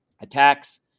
attacks